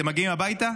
אתם מגיעים הביתה,